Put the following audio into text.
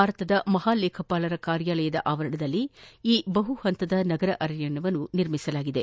ಭಾರತದ ಮಹಾಲೇಖಪಾಲರ ಕಾರ್ಯಾಲಯದ ಆವರಣದಲ್ಲಿ ಈ ಬಹು ಹಂತದ ನಗರ ಅರಣ್ಣವನ್ನು ನಿರ್ಮಿಸಲಾಗಿದೆ